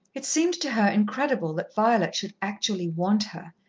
it seemed to her incredible that violet should actually want her,